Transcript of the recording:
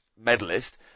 medalist